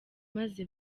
maze